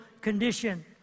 condition